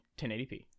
1080p